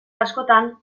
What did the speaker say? askotan